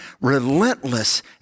relentless